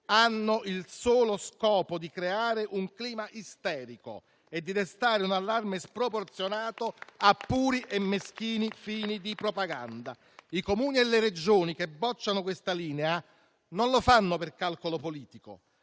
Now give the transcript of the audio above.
ha il solo scopo di creare un clima isterico e di destare un allarme sproporzionato a puri e meschini fini di propaganda. I Comuni e le Regioni che bocciano questa linea non lo fanno per calcolo politico,